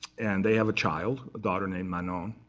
and they have a child, a daughter named manon.